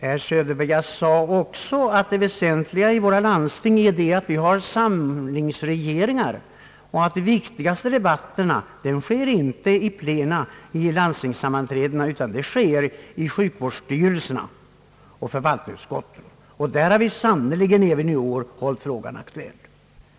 Jag sade också, herr Söderberg, att det väsentliga i våra landsting är att vi har samlingsregeringar och att de viktigaste debatterna inte sker i plena vid landstingssammanträdena utan i sjukvårdsstyrelserna och i förvaltningsutskotten, och där har vi sannerligen även i år hållit frågan aktuell.